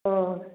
ଓହୋ